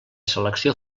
selecció